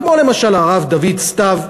כמו למשל הרב דוד סתיו,